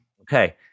Okay